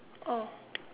oh